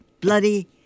bloody